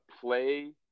play